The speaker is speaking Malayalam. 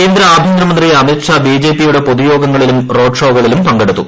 കേന്ദ്ര ആഭ്യന്തര മന്ത്രി അമിത്ഷാ ബിജെപിയുടെ പൊതുയോഗങ്ങളിലും റോഡ് ഷോകളിലും പങ്കെടുത്തു